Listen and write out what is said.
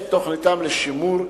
את תוכניתם לשימור,